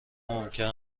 ممکن